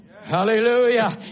Hallelujah